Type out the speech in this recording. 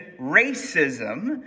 racism